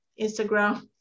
Instagram